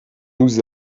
nous